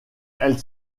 elle